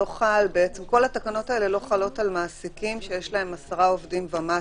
בעצם כל התקנות האלה לא חלות על מעסיקים שיש להם עשרה עובדים ומטה.